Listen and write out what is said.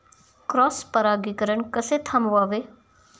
Cross परागीकरण कसे थांबवावे?